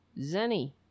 Zenny